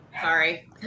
sorry